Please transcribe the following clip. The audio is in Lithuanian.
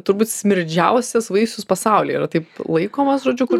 turbūt smirdžiausias vaisius pasaulyje yra taip laikomas žodžiu kur